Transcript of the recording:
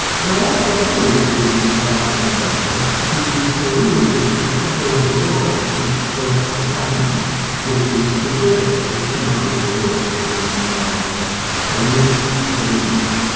there are also other issues along the klamath to the karuk it's the center of the world. this is a place called katimin which is specifically the center of the world in karuk belief.